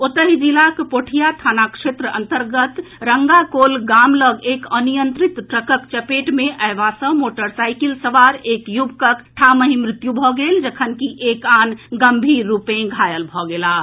ओतहि जिलाक पोठिया थाना क्षेत्र अन्तर्गत रंगाकोल गाम लऽग एक अनियंत्रित ट्रकक चपेट मे अयबा सँ मोटरसाईकिल सवार एक युवकक ठामहि मृत्यु भऽ गेल जखनकि एक आन गम्भीर रूप सऽ घायल भऽ गेलाह